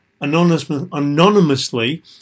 anonymously